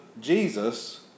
Jesus